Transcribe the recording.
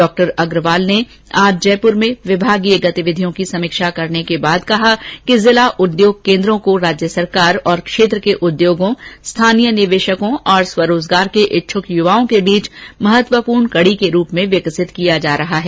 डॉ अग्रवाल ने आज जयपुर में विभागीय गतिविधियों की समीक्षा करने के बाद कहा कि जिला उद्योग केन्द्रों को राज्य सरकार और क्षेत्र के उद्योगों स्थानीय निवेशकों और स्वरोजगार के इच्छुक युवाओं के बीच महत्वपूर्ण कड़ी के रुप में विकसित किया जा रहा है